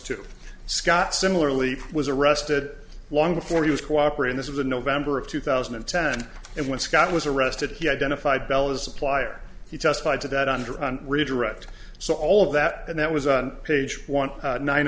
to scott similarly was arrested long before he was cooperating this is in november of two thousand and ten and when scott was arrested he identified bell as supplier he testified to that on redirect so all of that and that was on page one nine